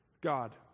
God